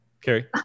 Carrie